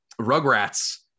Rugrats